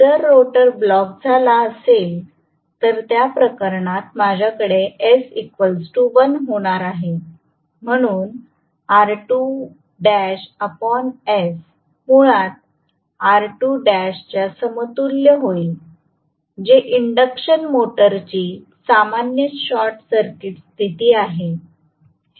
जर rotor block झाला असेल तर त्या प्रकरणात माझ्याकडे s1 होणार आहे म्हणून R2l s मुळात R2l च्या समतुल्य होईल जे इंडक्शन मोटरची सामान्य शॉर्ट सर्किट स्थिती आहे